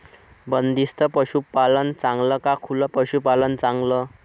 बंदिस्त पशूपालन चांगलं का खुलं पशूपालन चांगलं?